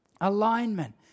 alignment